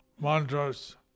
mantras